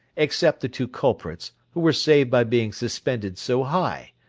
except the two culprits, who were saved by being suspended so high,